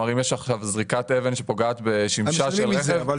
אם יש עכשיו זריקת אבן שפוגעת בשמשה של רכב,